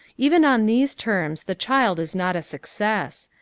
even on these terms the child is not a success.